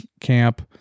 camp